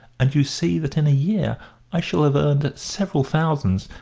and you see that in a year i shall have earned several thousands,